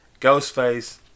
Ghostface